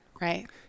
right